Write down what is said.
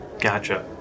Gotcha